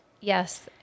Yes